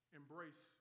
embrace